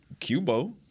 Cubo